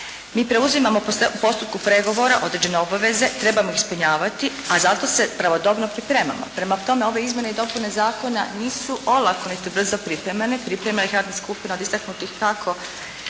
mi preuzimamo u postupku pregovora određene obaveze, trebamo ispunjavati, a za to se pravodobno pripremamo, prema tome ove izmjene i dopune zakona nisu olako niti brzo pripremljene. Priprema ih radna skupina od istaknutih kako